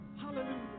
Hallelujah